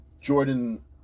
jordan